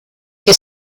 che